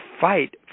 fight